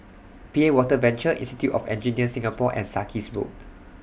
P A Water Venture Institute of Engineers Singapore and Sarkies Road